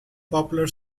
popular